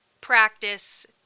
practice